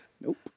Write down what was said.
Nope